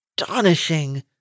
astonishing